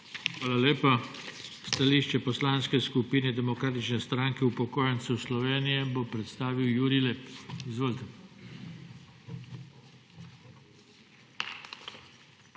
Hvala lepa. Stališče Poslanske skupine Demokratične stranke upokojencev Slovenije bo predstavil Jurij Lep. Izvolite.